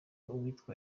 uwitwa